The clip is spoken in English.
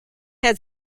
had